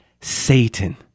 Satan